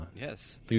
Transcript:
Yes